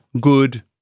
good